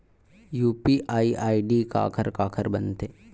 UPI ID काखर काखर बनथे?